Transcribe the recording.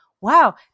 wow